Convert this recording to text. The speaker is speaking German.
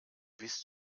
bist